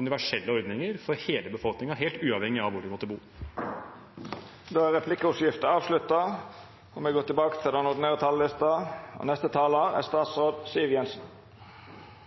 universelle ordninger for hele befolkningen, helt uavhengig av hvor man måtte bo. Replikkordskiftet er avslutta. For fire år siden gikk Fremskrittspartiet inn i regjering med et mål om å skape en enklere hverdag for folk og